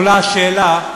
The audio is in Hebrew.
עולה השאלה,